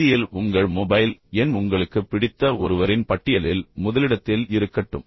இறுதியில் உங்கள் மொபைல் எண் உங்களுக்கு பிடித்த ஒருவரின் பட்டியலில் முதலிடத்தில் இருக்கட்டும்